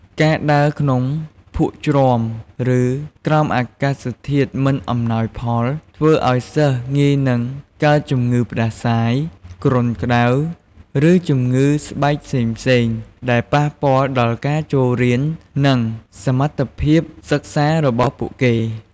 ការដើរក្នុងភក់ជ្រាំ ឬក្រោមអាកាសធាតុមិនអំណោយផល ធ្វើឱ្យសិស្សងាយនឹងកើតជំងឺផ្តាសាយ គ្រុនក្ដៅ ឬជំងឺស្បែកផ្សេងៗ ដែលប៉ះពាល់ដល់ការចូលរៀន និងសមត្ថភាពសិក្សារបស់ពួកគេ។